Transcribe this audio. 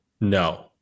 no